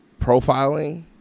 profiling